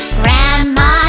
grandma